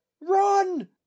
run